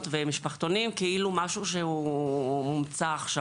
ומשפחתונים כאילו משהו שהוא הומצא עכשיו,